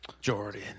Jordan